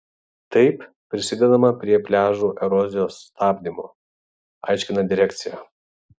taip prisidedama prie pliažų erozijos stabdymo aiškina direkcija